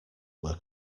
were